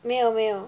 没有没有